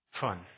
fun